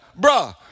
bruh